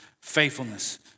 faithfulness